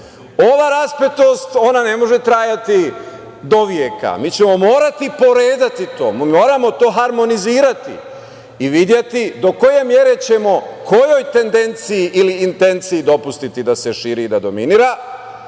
raspetost, ona ne može trajati do veka. Mi ćemo morati poređati to. Moramo to harmonizovati i videti do koje mere ćemo, kojoj tendenciji ili intenciji dopustiti da se širi i da dominira